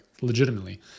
legitimately